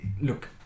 look